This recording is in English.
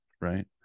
right